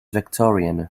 victorian